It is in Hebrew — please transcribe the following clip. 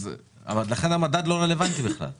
לכן המדד לא רלבנטי בכלל.